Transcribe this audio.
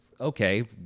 okay